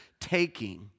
taking